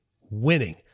winning